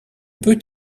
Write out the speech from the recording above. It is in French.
peut